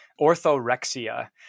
orthorexia